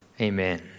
Amen